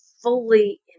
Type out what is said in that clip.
fully